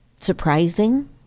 surprising